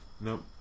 Nope